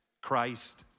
Christ